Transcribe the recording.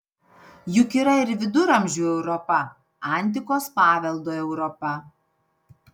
juk yra ir viduramžių europa antikos paveldo europa